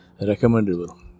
recommendable